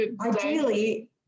ideally